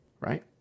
right